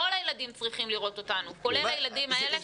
כל הילדים צריכים לראות אותנו, כולל הילדים האלה.